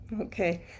okay